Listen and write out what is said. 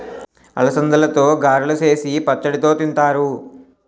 అలసందలతో గారెలు సేసి పచ్చడితో తింతారు